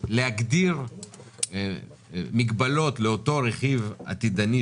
להגדיר מגבלות לאותו רכיב עתידי,